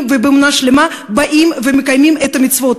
ובאמונה שלמה באים ומקיימים את המצוות,